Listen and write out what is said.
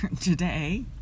today